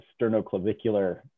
sternoclavicular